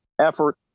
effort